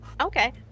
Okay